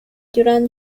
duran